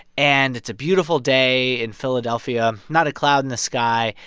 and it's a beautiful day in philadelphia not a cloud in the sky.